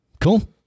Cool